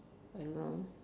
I know